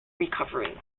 recovering